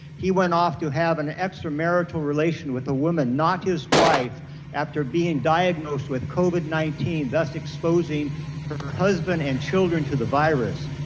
he went off to have an extramarital relation with a woman not his wife after being diagnosed with covid nineteen, thus exposing her husband and children to the virus.